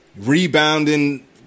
rebounding